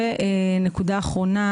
נקודה אחרונה,